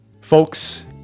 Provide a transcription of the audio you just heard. Folks